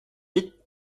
vite